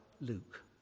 Luke